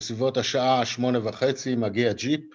בסביבות השעה שמונה וחצי מגיע ג'יפ.